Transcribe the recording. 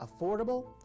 affordable